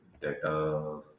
data